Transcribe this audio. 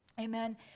amen